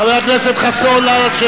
משנת 1996, חבר הכנסת חסון, נא לשבת.